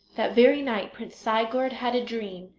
that very night prince sigurd had a dream,